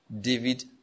David